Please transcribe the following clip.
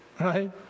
right